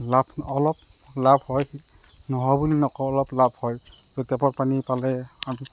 লাভ অলপ লাভ হয় নহয় বুলি নকওঁ অলপ লাভ হয় টেপৰ পানী পালে আমি